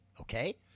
okay